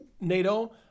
NATO